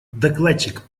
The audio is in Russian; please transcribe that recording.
докладчик